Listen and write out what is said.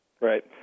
Right